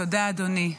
תודה, אדוני.